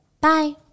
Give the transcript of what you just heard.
Bye